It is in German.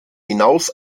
hinaus